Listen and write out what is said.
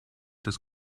des